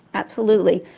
absolutely.